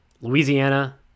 Louisiana